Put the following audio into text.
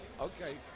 Okay